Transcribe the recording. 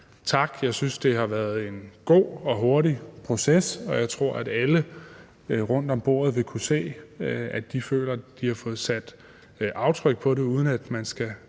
tak. Jeg synes, det har været en god og hurtig proces, og jeg tror, at alle rundt om bordet vil kunne føle, at de har fået sat aftryk på det. Uden at man skal